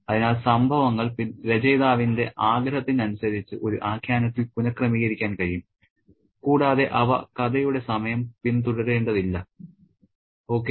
അതിനാൽ സംഭവങ്ങൾ രചയിതാവിന്റെ ആഗ്രഹത്തിനനുസരിച്ച് ഒരു ആഖ്യാനത്തിൽ പുനഃക്രമീകരിക്കാൻ കഴിയും കൂടാതെ അവ കഥയുടെ സമയം പിന്തുടരേണ്ടതില്ല ഓക്കേ